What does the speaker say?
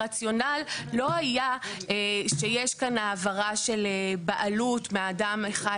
הרציונל לא היה שיש כאן העברה של בעלות מאדם אחד לאחר,